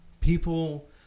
people